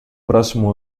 próximo